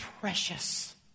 precious